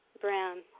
brown